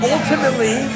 Ultimately